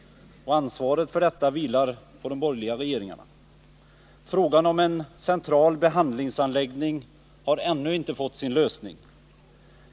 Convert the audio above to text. Ansvaret för detta vilar på de borgerliga regeringarna. Frågan om en central behandlingsanläggning har ännu inte fått sin lösning.